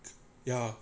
ya